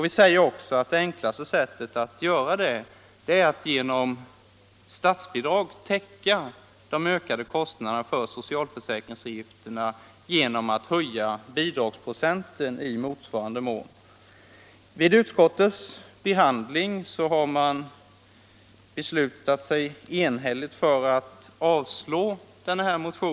Vi säger också att det enklaste sättet att göra detta är att genom statsbidrag täcka de ökade kostnaderna för socialförsäkringsavgifterna genom att höja bidragsprocenten i motsvarande mån. Utskottet har nu i sin behandling enhälligt beslutat avstyrka vår motion.